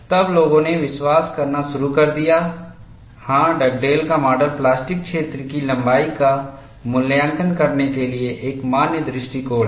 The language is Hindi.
तब लोगों ने विश्वास करना शुरू कर दिया हां डगडेल का माडल प्लास्टिक क्षेत्र की लंबाई का मूल्यांकन करने के लिए एक मान्य दृष्टिकोण है